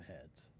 heads